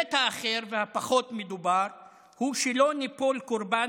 ההיבט האחר והפחות מדובר הוא שלא ניפול קורבן